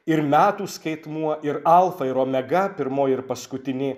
ir metų skaitmuo ir alfa ir omega pirmoji ir paskutinė